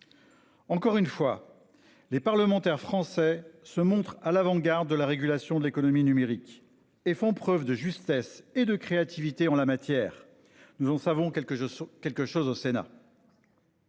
Encore une fois les parlementaires français se montre à l'avant-garde de la régulation de l'économie numérique et font preuve de justesse et de créativité en la matière. Nous en savons quelque je trouve